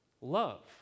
love